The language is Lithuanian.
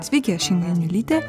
sveiki aš inga janiulytė